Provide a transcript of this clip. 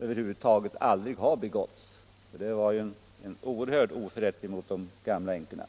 över huvud taget aldrig ha begåtts, det var en oerhörd oförrätt — sionsfrågor mot de gamla änkorna.